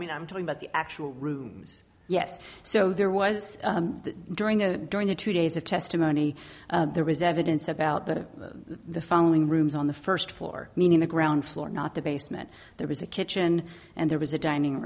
mean i'm talking about the actual rooms yes so there was during that during the two days of testimony there was evidence about that the following rooms on the first floor meaning the ground floor not the basement there was a kitchen and there was a dining